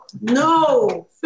No